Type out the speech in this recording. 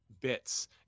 bits